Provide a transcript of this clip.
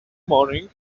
morning